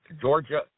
Georgia